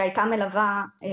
שהייתה מלווה לכל מקום.